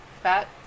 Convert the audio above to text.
fat